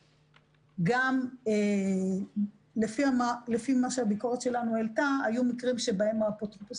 גם לפי מה שהביקורת שלנו העלתה היו מקרים שבהם האפוטרופוס